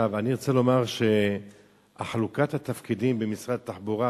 אני רוצה לומר שחלוקת התפקידים במשרד התחבורה,